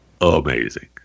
amazing